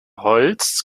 holz